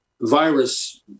virus